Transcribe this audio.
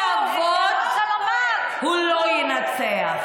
שרוצה לחיות בכבוד, הוא לא ינצח.